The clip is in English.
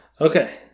Okay